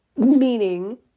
Meaning